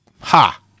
ha